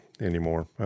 anymore